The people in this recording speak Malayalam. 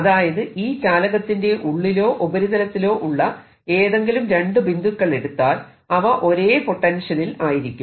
അതായത് ഈ ചാലകത്തിന്റെ ഉള്ളിലോ ഉപരിതലത്തിലോ ഉള്ള ഏതെങ്കിലും രണ്ടു ബിന്ദുക്കളെടുത്താൽ അവ ഒരേ പൊട്ടൻഷ്യലിൽ ആയിരിക്കും